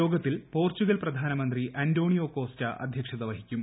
യോഗത്തിൽ പോർച്ചുഗൽ പ്രധാനമന്ത്രി Antonio Costa അധ്യക്ഷത വഹിക്കും